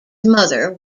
mother